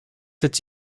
cet